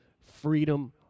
freedom